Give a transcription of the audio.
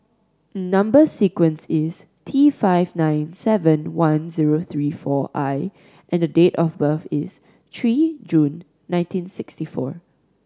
number sequence is T five nine seven one zero three four I and date of birth is three June nineteen sixty four